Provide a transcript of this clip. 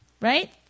right